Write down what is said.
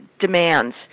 demands